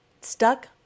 stuck